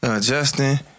Justin